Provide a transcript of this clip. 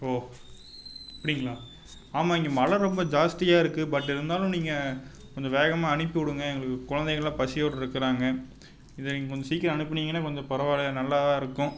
ஓ அப்படிங்களா ஆமா இங்கே ம ரொம்ப ஜாஸ்தியாக இருக்குது பட் இருந்தாலும் நீங்கள் கொஞ்சம் வேகமாக அனுப்பிவிடுங்க எங்களுக்கு குழந்தைகள்லாம் பசியோடிருக்குறாங்க இதை நீங்கள் கொஞ்சம் சீக்கிரம் அனுப்புனீங்கன்னால் கொஞ்சம் பரவாயில்ல நல்லாதானிருக்கும்